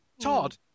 Todd